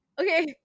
Okay